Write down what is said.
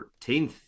14th